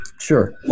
Sure